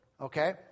okay